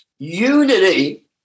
Unity